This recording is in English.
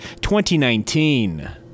2019